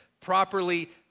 properly